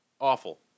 Awful